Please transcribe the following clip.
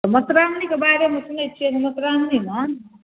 मौसरामनीके बारेमे सुनै छिए मौसरामनीमे